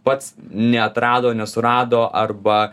pats neatrado nesurado arba